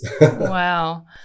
Wow